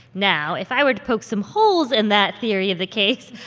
now, if i were to poke some holes in that theory of the case,